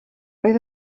roedd